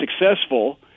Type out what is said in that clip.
successful